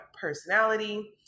personality